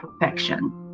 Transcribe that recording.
perfection